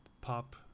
pop